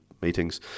meetings